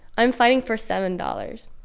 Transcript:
i'm fighting for seven dollars.